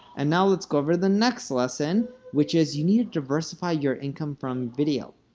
and now let's go over the next lesson, which is you need to diversify your income from video.